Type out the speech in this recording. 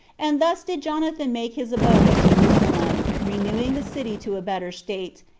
and thus did jonathan make his abode at jerusalem, renewing the city to a better state,